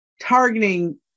targeting